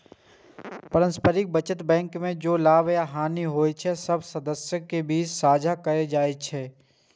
पारस्परिक बचत बैंक मे जे लाभ या हानि होइ छै, से सब सदस्यक बीच साझा कैल जाइ छै